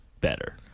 better